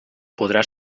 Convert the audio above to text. podrà